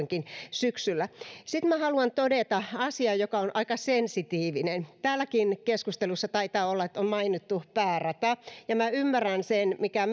aika piakkoinkin syksyllä sitten minä haluan todeta asian joka on aika sensitiivinen täälläkin keskustelussa on taidettu mainita päärata minä ymmärrän sen mikä